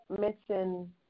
mention